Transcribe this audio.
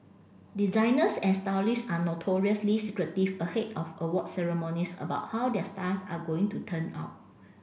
designers and stylists are notoriously secretive ahead of awards ceremonies about how their stars are going to turn out